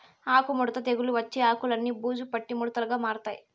ఆకు ముడత తెగులు వచ్చి ఆకులన్ని బూజు పట్టి ముడతలుగా మారతాయి